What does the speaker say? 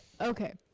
okay